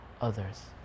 others